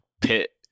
pit